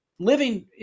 living